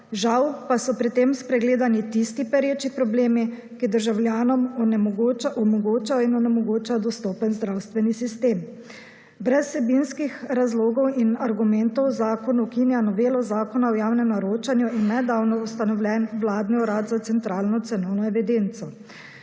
Žal pa so pri tem spregledani tisti pereči problemi, ki državljanom omogoča in ne omogoča dostopen zdravstveni sistem. Brez vsebinskih razlogov in argumentov zakon ukinja Novelo Zakona o javnem naročanju in nedavno ustanovljen vladni Urad za centralno cenovno evidence.